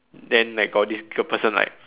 then like got this girl person like